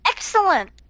Excellent